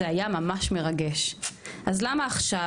זה היה ממש מרגש // אז למה עכשיו,